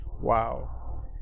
Wow